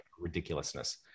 ridiculousness